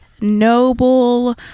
noble